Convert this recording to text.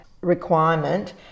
requirement